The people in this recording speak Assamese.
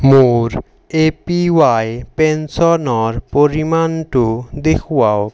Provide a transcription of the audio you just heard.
মোৰ এ পি ৱাই পেঞ্চনৰ পৰিমাণটো দেখুৱাওক